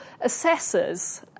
assessors